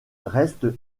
reste